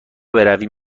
برویم